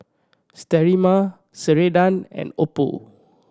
Sterimar Ceradan and Oppo